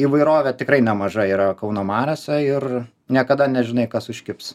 įvairovė tikrai nemaža yra kauno mariose ir niekada nežinai kas užkibs